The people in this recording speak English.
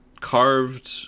carved